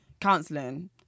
counseling